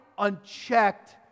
unchecked